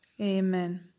Amen